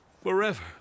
forever